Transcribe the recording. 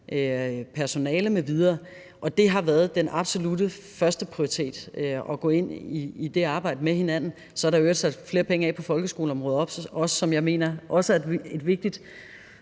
personale m.v. Det har været den absolutte førsteprioritet at gå ind i det arbejde med hinanden. Og så er der i øvrigt sat flere penge af på folkeskoleområdet, hvilket jeg også mener er et vigtigt